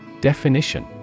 definition